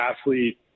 athlete